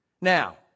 Now